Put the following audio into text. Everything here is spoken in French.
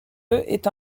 est